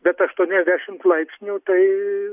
bet aštuoniasdešimt laipsnių tai